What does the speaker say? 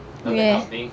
yeah